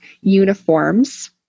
uniforms